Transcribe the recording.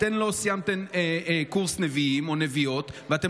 אתן לא סיימתן קורס נביאים או נביאות ואתן